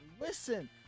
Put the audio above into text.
Listen